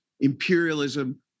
imperialism